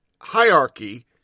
hierarchy